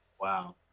Wow